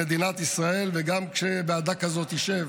למדינת ישראל, וגם כשוועדה כזאת תשב,